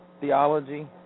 theology